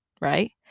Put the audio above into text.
right